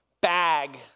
bag